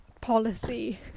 policy